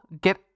get